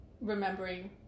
Remembering